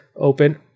open